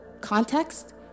context